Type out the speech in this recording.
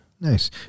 Nice